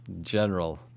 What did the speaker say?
general